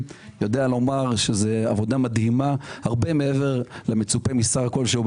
אני יודע לומר שזו עבודה מדהימה הרבה מעבר למצופה משר כלשהו,